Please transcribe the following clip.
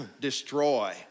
destroy